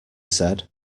said